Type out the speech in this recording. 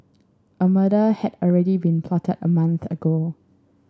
a murder had already been plotted a month ago